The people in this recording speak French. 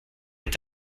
est